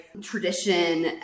tradition